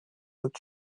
its